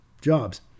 jobs